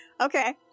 Okay